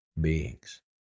beings